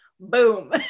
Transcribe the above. boom